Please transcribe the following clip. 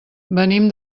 venim